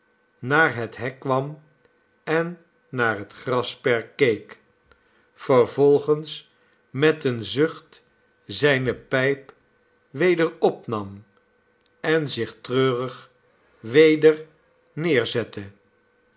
naar het hek kwam en naar het grasperk keek vervolgens met een zucht zijne pijp weder opnam en zich treurig weder neerzette